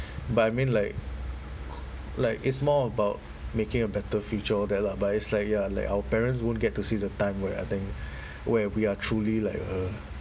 but I mean like like it's more about making a better future all that lah but it's like ya like our parents won't get to see the time where I think where we are truly like uh